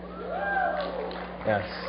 Yes